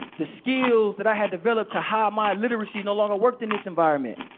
the skills that i had developed to hide my illiteracy no longer worked in this environment.